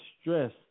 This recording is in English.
stress